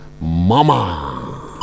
Mama